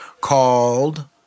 called